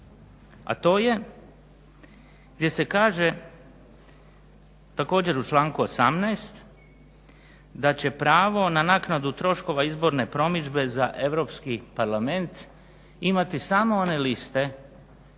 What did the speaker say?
a to je gdje se kaže također u članku 18. da će pravo na naknadu troškova izborne promidžbe za Europski parlament imati samo one liste